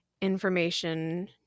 information